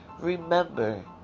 Remember